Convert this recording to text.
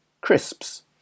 crisps